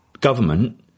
government